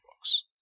books